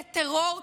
זה טרור כלכלי.